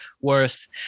worth